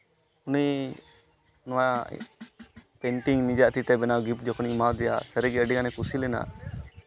ᱩᱱᱤ ᱱᱚᱣᱟ ᱯᱮᱱᱴᱤᱝ ᱱᱤᱡᱮᱭᱟᱜ ᱛᱤᱛᱮ ᱵᱮᱱᱟᱣ ᱜᱤᱯᱷᱴ ᱡᱚᱠᱷᱚᱱ ᱤᱧ ᱮᱢᱟᱣ ᱫᱮᱭᱟ ᱥᱟᱹᱨᱤᱜᱮ ᱟᱹᱰᱤ ᱜᱟᱱᱮ ᱠᱩᱥᱤ ᱞᱮᱱᱟ